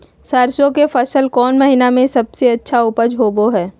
सरसों के फसल कौन महीना में सबसे अच्छा उपज होबो हय?